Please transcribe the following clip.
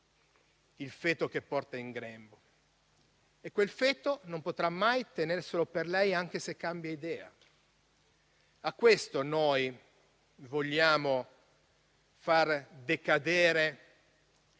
il feto che porta in grembo. Quel feto non potrà mai tenerselo per lei, anche se cambia idea. A questo noi vogliamo far scadere la